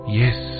yes